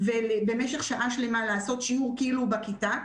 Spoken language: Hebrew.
ובמשך שעה שלמה לעשות שיעור כאילו בכיתה,